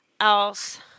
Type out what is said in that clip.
else